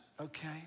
okay